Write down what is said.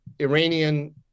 Iranian